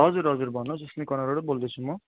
हजुर हजुर भन्नुहोस् स्निक कर्नरबाट बोल्दैछु म